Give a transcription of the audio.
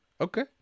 Okay